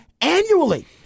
annually